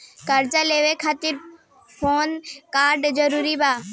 कर्जा लेवे खातिर पैन कार्ड जरूरी बा?